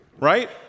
Right